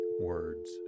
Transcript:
words